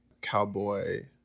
cowboy